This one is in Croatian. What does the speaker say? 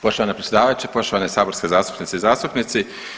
Poštovana predsjedavajuća, poštovane saborske zastupnice i zastupnici.